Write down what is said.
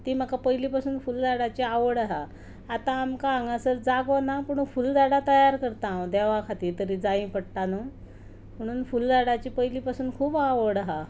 तीं म्हाका पयलीं पासून फूलझाडांची आवड आसा आतां आमकां हांगासर जागो ना पूण फूलझाडां तयार करता हांव देवा खातीर तरी जायीं पडटा न्हय म्हणून फूलझाडांची पयलीं पासून खूब आवड आसा